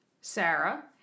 Sarah